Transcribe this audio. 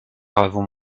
avons